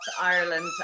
Ireland